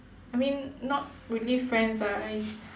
I mean not really friends ah I